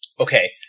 Okay